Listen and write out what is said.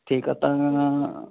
ठीकु आहे तव्हां